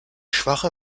schwache